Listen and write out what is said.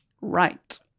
Right